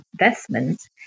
investments